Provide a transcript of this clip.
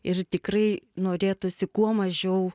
ir tikrai norėtųsi kuo mažiau